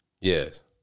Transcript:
Yes